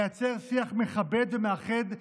לייצר שיח מכבד ומאחד,